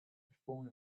perform